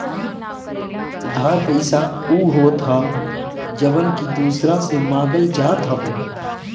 उधार पईसा उ होत हअ जवन की दूसरा से मांगल जात हवे